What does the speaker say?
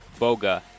BOGA